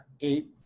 eight